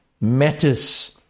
matters